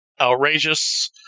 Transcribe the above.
outrageous